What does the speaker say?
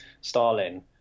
Stalin